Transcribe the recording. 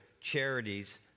charities